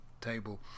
table